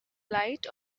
light